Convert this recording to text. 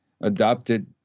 adopted